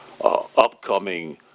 upcoming